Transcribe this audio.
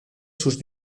sus